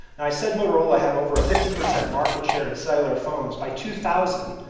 and i said motorola had over a fifty percent market share in cellular phones by two thousand,